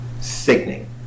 sickening